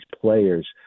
players